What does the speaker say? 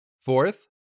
Fourth